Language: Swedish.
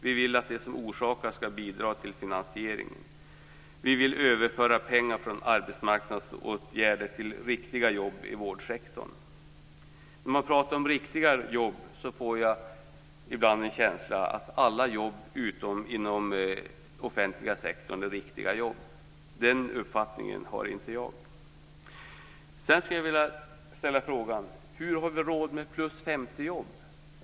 Vi vill att det som orsakar vård skall bidra till finansieringen. Vi vill överföra pengar från arbetsmarknadsåtgärder till riktiga jobb i vårdsektorn. På tal om riktiga jobb får jag ibland en känsla av att många tycker att alla jobb utom de som finns i den offentliga sektorn är riktiga jobb. Den uppfattningen har inte jag. 55-plusjobb?